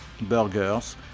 burgers